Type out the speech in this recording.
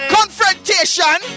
Confrontation